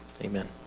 amen